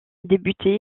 député